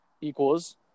equals